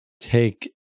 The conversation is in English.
take